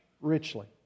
richly